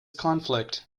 conflict